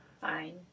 fine